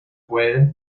pueden